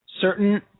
certain